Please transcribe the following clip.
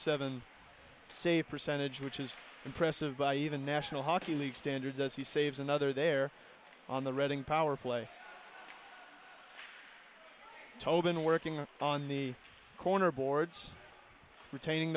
seven save percentage which is impressive by even national hockey league standards as he saves another there on the reading powerplay toben working on the corner boards retaining